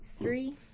Three